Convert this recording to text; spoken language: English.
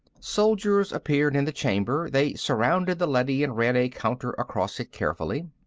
soldiers appeared in the chamber. they surrounded the leady and ran a counter across it carefully.